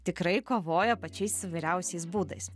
tikrai kovoja pačiais įvairiausiais būdais